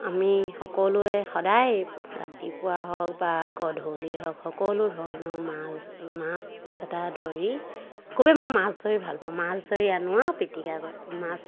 আমি সকলোৱে সদায় ৰাতিপুৱা হওক বা গধূলি হওক সকলো ধৰণৰ মাছ মাছ এটা ধৰি খুবেই মই মাছ ধৰি ভাল পাওঁ মাছ ধৰি আনোঁ আৰু পিটিকা কৰি মাছ